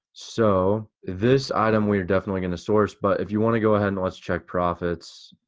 so this item we are definitely gonna source, but if you wanna go ahead and let's check profits.